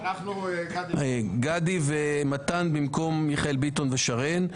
גדי ומתן במקום מיכאל ביטון ושרן.